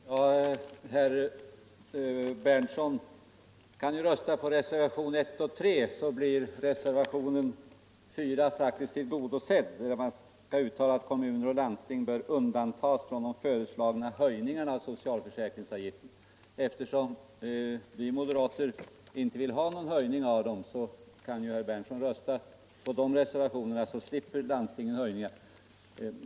Herr talman! Herr Berndtson kan ju rösta på reservationerna 1 och 3. Då blir reservationen 4, där man förespråkar att kommuner och landsting bör undantas från de föreslagna höjningarna av socialförsäkringsavgiften, faktiskt tillgodosedd. Vi moderater vill inte ha någon höjning av de avgifterna, och då kan herr Berndtson som sagt rösta på nämnda reservationer, så slipper landstingen dessa höjningar.